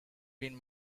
been